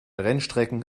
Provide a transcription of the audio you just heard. rennstrecken